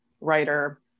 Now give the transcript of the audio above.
writer